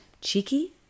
Cheeky